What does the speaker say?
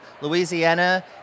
Louisiana